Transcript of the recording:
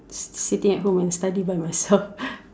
sitting at home and study by myself